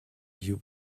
you